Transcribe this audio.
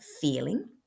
feeling